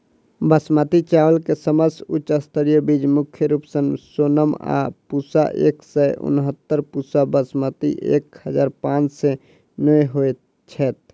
बासमती चावल केँ सबसँ उच्च स्तरीय बीज मुख्य रूप सँ सोनम आ पूसा एक सै उनहत्तर, पूसा बासमती एक हजार पांच सै नो होए छैथ?